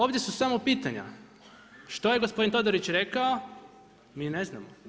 Ovdje su samo pitanja, što je gospodin Todorić rekao mi ne znamo.